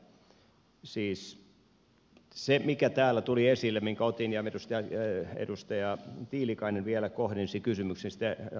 siis se minkä otin täällä esille ja edustaja tiilikainen vielä kohdensi kysymyksen sitten hallituspuolueidenkin edustajille